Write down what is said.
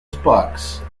sparks